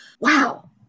wow